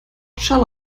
shall